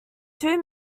two